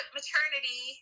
maternity